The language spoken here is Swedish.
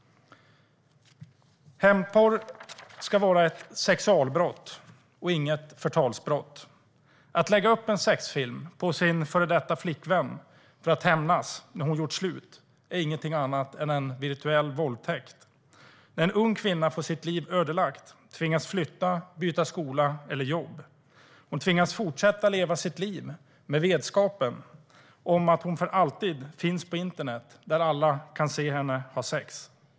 Hämndporr ska vara ett sexualbrott, inte ett förtalsbrott. Att lägga upp en sexfilm med sin före detta flickvän för att hämnas när hon gjort slut är ingenting annat än en virtuell våldtäkt. En ung kvinna får sitt liv ödelagt och tvingas flytta och byta skola eller jobb. Hon tvingas fortsätta leva sitt liv med vetskapen att hon för alltid finns på internet, där alla kan se henne ha sex.